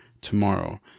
tomorrow